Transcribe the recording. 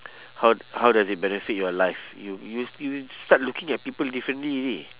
how how does it benefit your life you you you start looking at people differently already